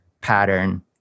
pattern